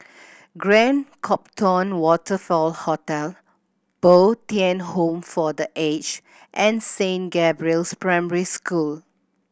Grand Copthorne Waterfront Hotel Bo Tien Home for The Age and Saint Gabriel's Primary School